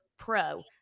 pro